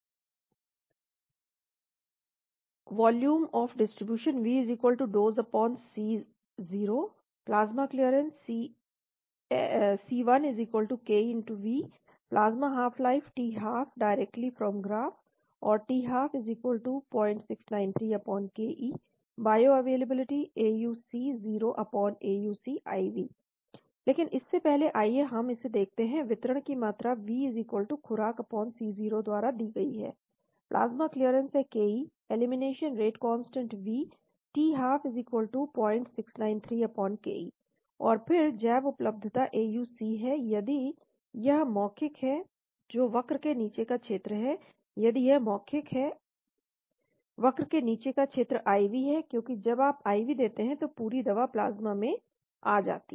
• Volume of distribution V DOSE Co • Plasma clearance Cl Ke V • plasma half life t12 directly from graph or t12 0693 Ke • Bioavailability o iv लेकिन इससे पहले आइए हम इसे देखते हैं वितरण की मात्रा V खुराकC0 द्वारा दी गई है प्लाज्मा क्लीयरेंस है Ke elimination rate constant V t 12 0693Ke और फिर जैव उपलब्धता AUC है यदि यह मौखिक है जो वक्र के नीचे का क्षेत्र है यदि यह मौखिक है वक्र के नीचे का क्षेत्र IV है क्योंकि जब आप IV देते हैं तो पूरी दवा प्लाज्मा में आ जाती है